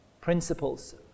Principles